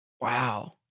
Wow